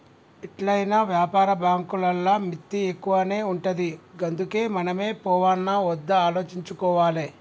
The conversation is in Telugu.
ఎట్లైనా వ్యాపార బాంకులల్ల మిత్తి ఎక్కువనే ఉంటది గందుకే మనమే పోవాల్నా ఒద్దా ఆలోచించుకోవాలె